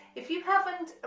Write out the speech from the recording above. you haven't